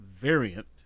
variant